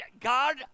God